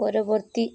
ପରବର୍ତ୍ତୀ